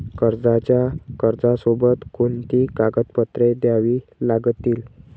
कर्जाच्या अर्जासोबत कोणती कागदपत्रे द्यावी लागतील?